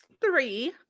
three